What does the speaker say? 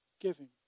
giving